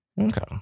Okay